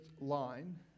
line